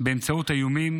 באמצעות איומים